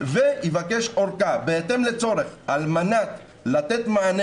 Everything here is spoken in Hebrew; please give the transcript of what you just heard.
ויבקש אורכה בהתאם לצורך על מנת לתת מענה